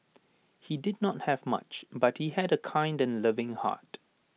he did not have much but he had A kind and loving heart